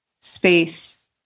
space